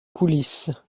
coulisses